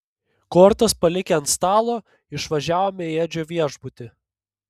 kortas palikę ant stalo išvažiavome į edžio viešbutį